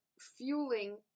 fueling